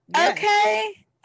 Okay